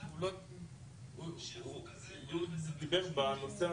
הגוי של שבת שלך.